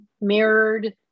mirrored